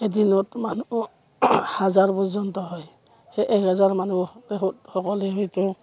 এদিনত মানুহ হাজাৰ পৰ্যন্ত হয় সেই এক হেজাৰ মানুহ সকলে হয়তো